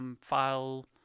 file